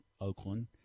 Oakland